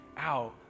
out